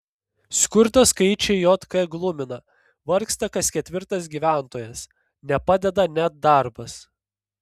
skurdo skaičiai jk glumina vargsta kas ketvirtas gyventojas nepadeda net darbas